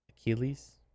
Achilles